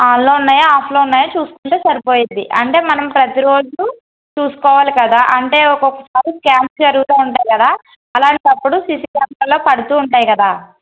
ఆన్లో ఉన్నాయో ఆఫ్లో ఉన్నాయో చూసుకుంటే సరిపోతుంది అంటే మనం ప్రతిరోజు చూసుకోవాలి కదా అంటే ఒక్కొక్కసారి స్కామ్స్ జరుగుతు ఉంటాయి కదా అలాంటప్పుడు సిసీ క్యామ్స్లో పడుతూ ఉంటాయి కదా